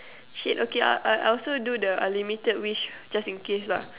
shit okay I I'll also do the unlimited wish just in case lah